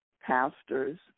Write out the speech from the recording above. pastors